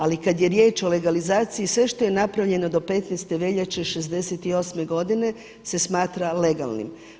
Ali kada je riječ o legalizaciji, sve što je napravljeno do 15. veljače 68. godine se smatra legalnim.